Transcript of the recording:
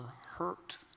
hurt